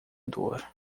dor